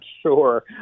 sure